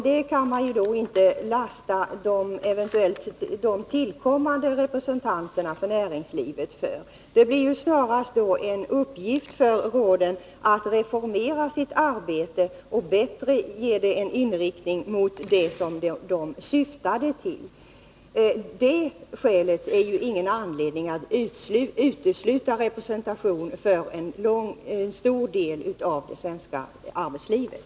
Det kan man inte lasta de tillkommande näringslivsrepresentanterna för, utan det blir snarast en uppgift för råden att reformera sitt arbete och ge det en bättre inriktning mot det som de syftar till. Detta är ingen anledning att utesluta representation för en stor del av det svenska arbetslivet.